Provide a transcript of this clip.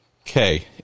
Okay